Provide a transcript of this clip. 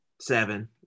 Seven